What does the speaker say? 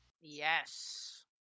Yes